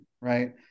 right